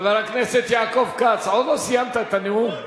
חבר הכנסת יעקב כץ, עוד לא סיימת את הנאום?